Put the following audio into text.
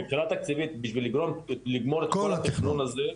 מבחינה תקציבית, על מנת לגמור את כל התכנון הזה,